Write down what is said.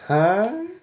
!huh!